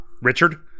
richard